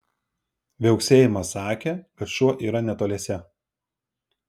viauksėjimas sakė kad šuo yra netoliese